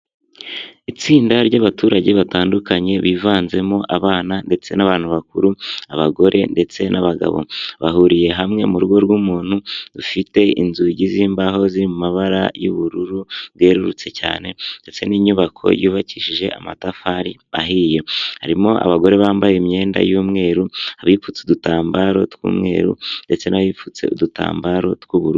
Itsinda ry'abaturage batandukanye bivanzemo abana ndetse n'abantu bakuru, abagore ndetse n'abagabo, bahuriye hamwe mu rugo rw'umuntu rufite inzugi z'imbaho z'amabara y'ubururu bwerurutse cyane, ndetse n'inyubako yubakishije amatafari ahiye. Harimo abagore bambaye imyenda y'umweru, abipfutse udutambaro tw'umweru, ndetse n'abipfutse udutambaro tw'ubururu.